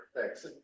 Thanks